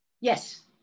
yes